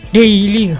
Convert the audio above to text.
Daily